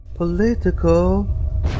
Political